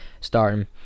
starting